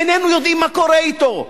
איננו יודעים מה קורה אתו.